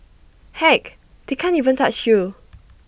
heck they can't even touch you